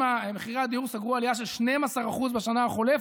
אם מחירי הדיור סגרו עלייה של 12% בשנה החולפת,